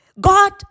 God